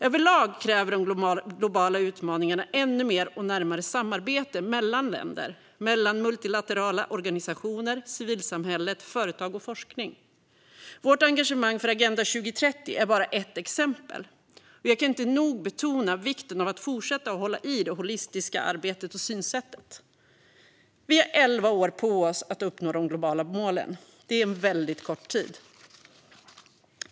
Överlag kräver de globala utmaningarna ännu mer och närmare samarbete mellan länder, multilaterala organisationer, civilsamhälle, företag och forskning. Vårt engagemang för Agenda 2030 är bara ett exempel. Jag kan inte nog betona vikten av att fortsätta hålla i det holistiska arbetet och synsättet. Vi har elva år på oss att uppnå de globala målen. Det är väldigt kort tid.